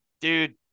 dude